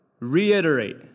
reiterate